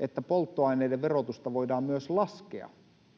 että polttoaineiden verotusta voidaan myös laskea,